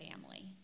family